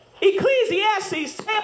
Ecclesiastes